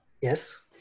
Yes